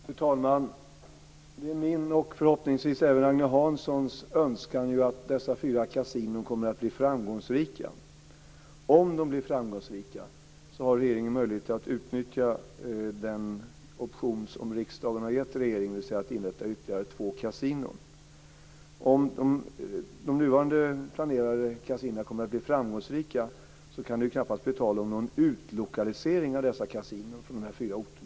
Fru talman! Det är min, och förhoppningsvis Agne Hanssons, önskan att dessa fyra kasinon kommer att bli framgångsrika. Om de blir framgångsrika har regeringen möjlighet att utnyttja den option riksdagen har gett regeringen, dvs. att inrätta ytterligare två kasinon. Om de nuvarande planerade kasinona kommer att bli framgångsrika kan det knappast bli tal om någon utlokalisering av dessa kasinon från dessa fyra orter.